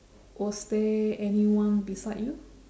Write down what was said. was there anyone beside you